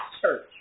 church